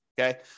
Okay